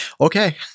Okay